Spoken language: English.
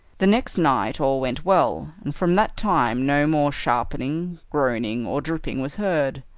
the next night all went well, and from that time no more sharpening, groaning, or dripping was heard.